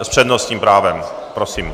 S přednostním právem, prosím.